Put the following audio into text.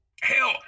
Hell